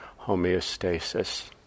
homeostasis